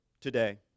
today